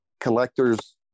collectors